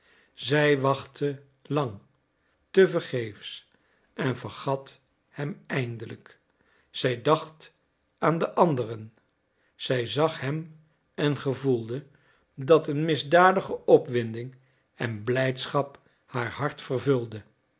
zij wachtte lang te vergeefs en vergat hem eindelijk zij dacht aan den anderen zij zag hem en gevoelde dat een misdadige opwinding en blijdschap haar hart vervulde